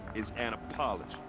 is an apology.